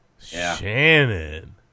Shannon